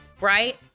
right